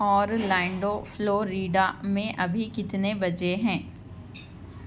Orlando Florida میں ابھی کتنے بجے ہیں